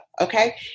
Okay